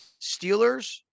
Steelers